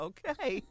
Okay